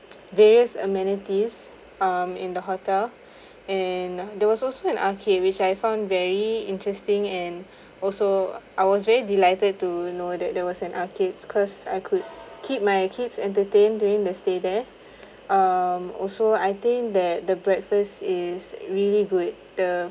various amenities um in the hotel and there was also an arcade which I found very interesting and also I was very delighted to know that there was an arcade because I could keep my kids entertain during the stay there um also I think that the breakfast is really good the